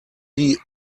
die